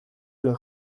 zuen